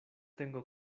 tengo